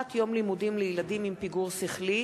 הארכת יום הלימודים לילדים עם פיגור שכלי,